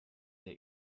der